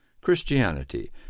Christianity